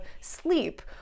sleep